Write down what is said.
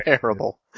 terrible